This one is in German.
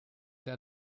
der